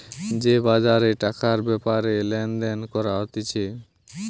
যে বাজারে টাকার ব্যাপারে লেনদেন করা হতিছে